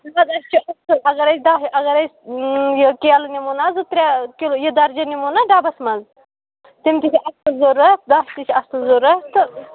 ژٕ دَپ أسۍ چھِ اَگر ہَے دَہ اگرہَے یہِ کیلہٕ نِمو نا زٕ ترٛےٚ کِلوٗ یہِ درجہِ نِمو نا ڈَبَس منٛز تِم تہِ چھِ اَصٕل ضروٗرت دچھ تہِ چھِ اَصٕل ضروٗرت تہٕ